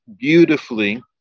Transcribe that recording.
beautifully